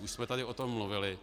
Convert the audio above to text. Už jsme tady o tom mluvili.